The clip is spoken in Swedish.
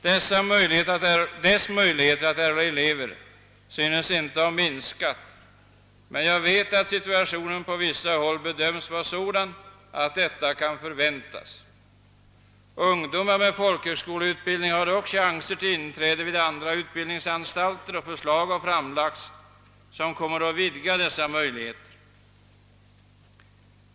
Dess möjligheter att erhålla elever synes inte ha minskat, men jag vet att situationen på vissa håll bedöms vara sådan, att en minskning kan väntas. Ungdomar med folkhögskoleutbildning har dock chanser till inträde vid andra utbildningsanstalter, och förslag har framlagts som kommer att vidga dessa möjligheter.